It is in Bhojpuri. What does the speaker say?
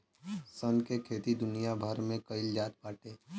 सन के खेती दुनिया भर में कईल जात बाटे